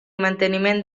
manteniment